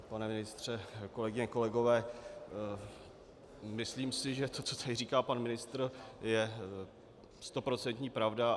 Pane ministře, kolegyně, kolegové, myslím si, že to, co tady říká pan ministr, je stoprocentní pravda.